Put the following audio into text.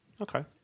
Okay